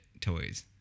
toys